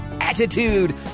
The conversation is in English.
attitude